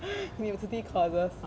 university courses